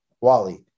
Wally